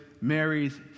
Mary's